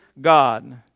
God